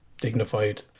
dignified